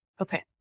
Okay